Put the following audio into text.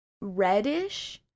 reddish